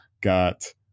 got